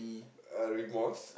uh remorse